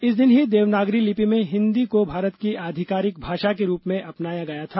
इस दिन ही देवनागरी लिपि में हिंदी को भारत की आधिकारिक भाषा के रूप में अपनाया गया था